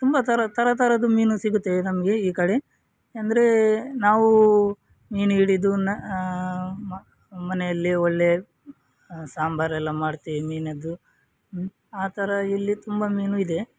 ತುಂಬ ಥರ ಥರ ಥರದ್ದು ಮೀನು ಸಿಗುತ್ತೆ ನಮಗೆ ಈ ಕಡೆ ಅಂದರೆ ನಾವು ಮೀನು ಹಿಡಿದು ನ ಮ ಮನೆಯಲ್ಲಿ ಒಳ್ಳೆ ಸಾಂಬಾರೆಲ್ಲ ಮಾಡ್ತೀವಿ ಮೀನದ್ದು ಆ ಥರ ಇಲ್ಲಿ ತುಂಬ ಮೀನು ಇದೆ